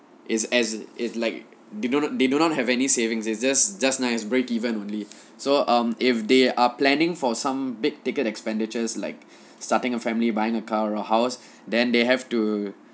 it's as it like they do not that they do not have any savings it's just nice breakeven only so um if they are planning for some big ticket expenditures like starting a family buying a car or house then they have to